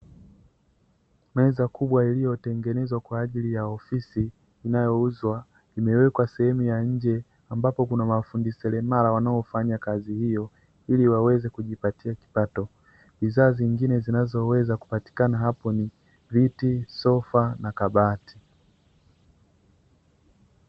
Meza kubwa iliyo tengenezwa kwaajili ya ofisi inayouzwa imewekwa sehemu ya nje, ambapo kuna mafundi seremala wanaofanya kazi hiyo ili waweze kujipatia kipato, bidhaa zingine zinazo weza kupatikana hapo ni viti, sofa, na kabati.